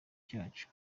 cyacu